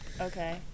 Okay